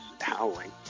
howling